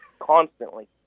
constantly